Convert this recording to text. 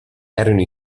erano